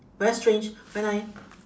very strange when I